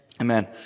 Amen